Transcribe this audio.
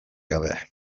gabe